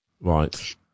Right